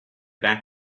back